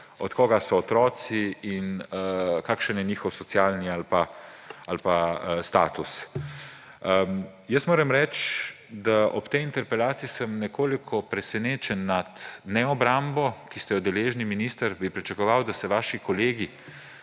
od koga so otroci in kakšen je njihov socialni status. Jaz moram reči, da ob tej interpelaciji sem nekoliko presenečen nad neobrambo, ki ste jo deležni, minister. Bi pričakoval, da se bodo vaši kolegi,